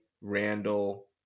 Randall